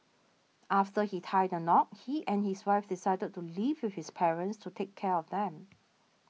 after he tied the knot he and his wife decided to live with his parents to take care of them